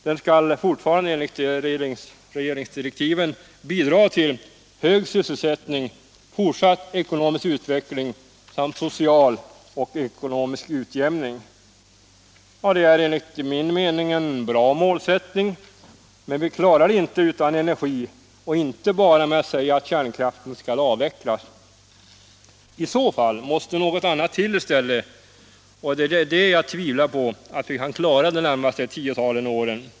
Den skall — fortfarande enligt regeringens direktiv — bidra till hög sysselsättning, fortsatt ekonomisk utveckling samt social och ekonomisk utjämning. Detta är enligt min mening en bra målsättning, men vi klarar den inte utan energi och inte bara med att säga att kärnkraften skall avvecklas. I så fall måste någonting annat till i stället, och det är det jag tvivlar på att vi kan klara under det närmaste tiotalet år.